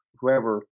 Whoever